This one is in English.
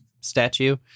statue